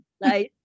Nice